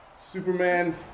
Superman